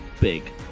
Big